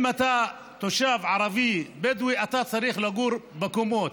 אם אתה תושב ערבי-בדואי אתה צריך לגור בקומות,